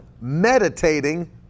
meditating